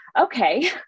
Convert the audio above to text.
okay